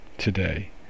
today